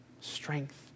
strength